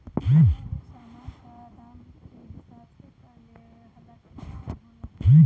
कवनो भी सामान कअ दाम के हिसाब से कर लेहला के काम होला